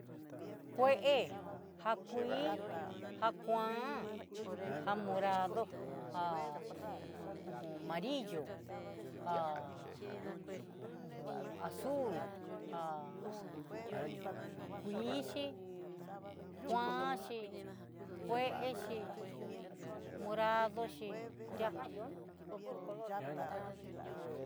Kuee, ja kuii, ja kuan, ja morado, ja uj marillo, ja uj azul, ja kuixhi, kuanxi, kuexi, moradoxi nrajan ihó poro color jan ihó.